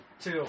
two